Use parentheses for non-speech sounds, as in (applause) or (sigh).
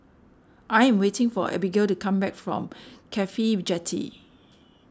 I'm waiting for Abbigail to come back from Cafhi Jetty (noise)